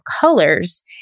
colors